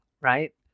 right